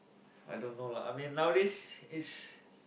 I don't know lah I mean nowadays is